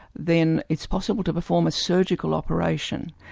then it's possible to perform a surgical operation.